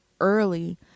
early